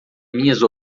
minhas